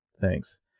Thanks